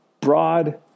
broad